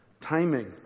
timing